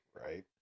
right